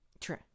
True